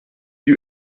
you